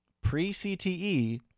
pre-cte